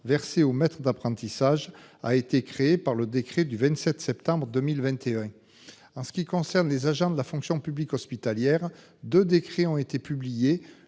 versés aux maîtres d'apprentissage a été créé par le décret du 27 septembre 2021. En ce qui concerne les agents de la fonction publique hospitalière de décrets ont été publiés